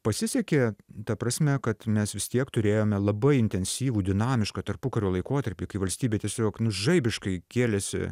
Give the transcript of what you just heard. pasisekė ta prasme kad mes vis tiek turėjome labai intensyvų dinamišką tarpukario laikotarpį kai valstybė tiesiog nu žaibiškai kėlėsi